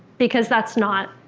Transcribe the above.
because that's not,